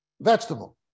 vegetable